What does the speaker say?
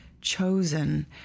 chosen